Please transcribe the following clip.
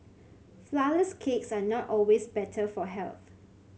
flourless cakes are not always better for health